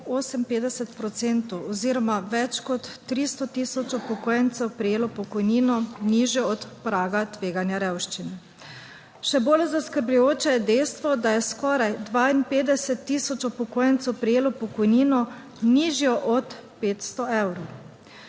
oziroma več kot 300 tisoč upokojencev prejelo pokojnino nižjo od praga tveganja revščine. Še bolj zaskrbljujoče je dejstvo, da je skoraj 52 tisoč upokojencev prejelo pokojnino nižjo od 500 evrov.